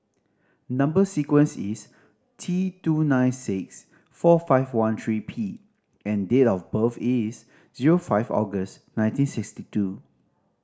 number sequence is T two nine six four five one three P and date of birth is zero five August nineteen sixty two